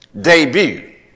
Debut